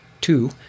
two